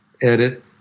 edit